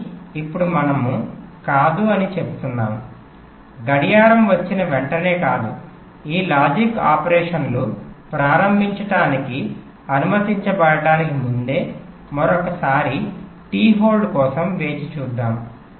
కానీ ఇప్పుడు మనము కాదు అని చెప్తున్నాము గడియారం వచ్చిన వెంటనే కాదు ఈ లాజిక్ ఆపరేషన్లు ప్రారంభించడానికి అనుమతించబడటానికి ముందే మరొక సారి టి హోల్డ్ కోసం వేచి చూద్దాం